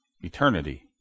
eternity